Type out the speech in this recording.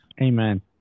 Amen